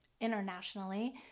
internationally